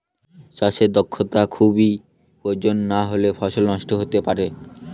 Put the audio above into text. চাষে দক্ষটা খুবই প্রয়োজন নাহলে ফসল নষ্ট হতে পারে